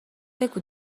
بگو